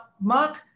Mark